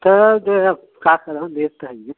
लेब त हइए